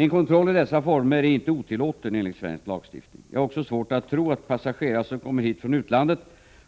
En kontroll i dessa former är inte otillåten enligt svensk lagstiftning. Jag har också svårt att tro att passagerare som kommer hit från utlandet